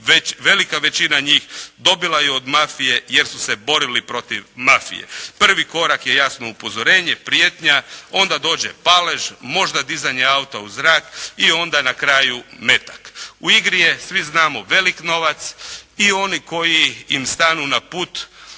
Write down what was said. velika većina njih dobila je od mafije jer su se borili protiv mafije. Prvi korak je jasno upozorenje, prijetnja onda dođe palež, možda dizanje auta u zrak i onda na kraju metak. U igri je svi znamo velik novac i oni koji im stanu na put,